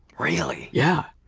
really? yeah.